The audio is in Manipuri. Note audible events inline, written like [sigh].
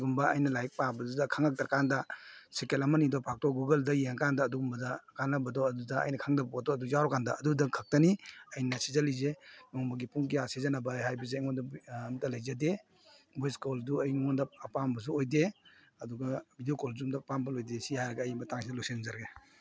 ꯀꯔꯤꯒꯨꯝꯕ ꯑꯩꯅ ꯂꯥꯏꯔꯤꯛ ꯄꯥꯕꯁꯤꯗ ꯈꯪꯉꯛꯇ꯭ꯔ ꯀꯥꯟꯗ ꯁꯦꯀꯦꯟ ꯑꯃꯅꯤꯗꯣ ꯐꯥꯛꯇꯣꯛꯑꯒ ꯒꯨꯒꯜꯗ ꯌꯦꯡꯉ ꯀꯥꯟꯗ ꯑꯗꯨꯝ ꯃꯗ ꯀꯥꯟꯅꯕꯗꯣ ꯑꯗꯨꯗ ꯑꯩꯅ ꯈꯪꯗꯕ ꯄꯣꯠꯇꯣ ꯑꯗꯨ ꯌꯥꯎꯔ ꯀꯥꯟꯗ ꯑꯗꯨꯗꯪ ꯈꯛꯇꯅꯤ ꯑꯩꯅ ꯁꯤꯖꯤꯜꯂꯤꯁꯦ ꯅꯣꯡꯃꯒꯤ ꯄꯨꯡ ꯀꯌꯥ ꯁꯤꯖꯤꯟꯅꯕ ꯍꯥꯏꯕꯁꯦ ꯑꯩꯉꯣꯟꯗ ꯑꯝꯇ ꯂꯩꯖꯗꯦ ꯚꯣꯏꯁ ꯀꯣꯜꯗꯨ ꯑꯩꯉꯣꯟꯗ ꯑꯄꯥꯝꯕꯁꯨ ꯑꯣꯏꯗꯦ ꯑꯗꯨꯒ ꯕꯤꯗꯤꯑꯣ ꯀꯣꯜꯁꯨ [unintelligible] ꯑꯄꯥꯝꯕ ꯂꯩꯇꯦ ꯁꯤ ꯍꯥꯏꯔꯒ ꯑꯩ ꯃꯇꯥꯡꯁꯤꯗ ꯂꯣꯏꯁꯤꯟꯖꯔꯒꯦ